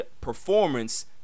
performance